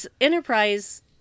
Enterprise